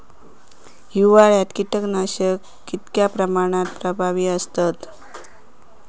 हिवाळ्यात कीटकनाशका कीतक्या प्रमाणात प्रभावी असतत?